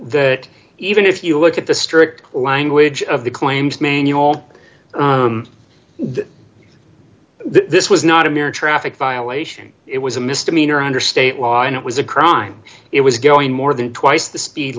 that even if you look at the strict language of the claims maine you all this was not a mere traffic violation it was a misdemeanor under state law and it was a crime it was going more than twice the speed